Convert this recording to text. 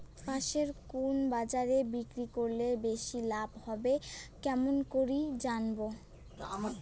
পাশের কুন বাজারে বিক্রি করিলে বেশি লাভ হবে কেমন করি জানবো?